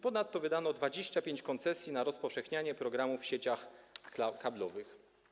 Ponadto wydano 25 koncesji na rozpowszechnianie programów w sieciach kablowych.